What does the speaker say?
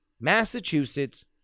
Massachusetts